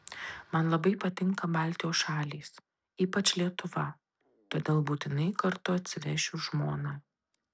man labai patinka baltijos šalys ypač lietuva todėl būtinai kartu atsivešiu žmoną